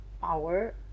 power